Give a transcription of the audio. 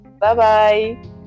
Bye-bye